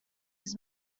his